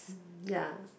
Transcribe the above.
mm ya